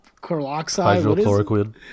Hydrochloroquine